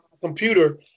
computer